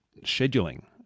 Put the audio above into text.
scheduling